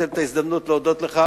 אני מנצל את ההזדמנות להודות לך,